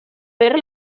per